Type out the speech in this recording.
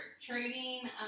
Trading